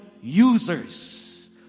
users